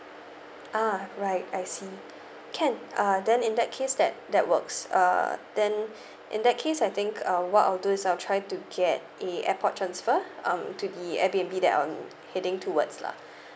ah right I see can uh then in that case that that works uh then in that case I think uh what I'll do is I'll try to get a airport transfer um to the airbnb that I'm heading towards lah